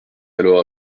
alors